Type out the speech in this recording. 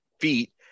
feet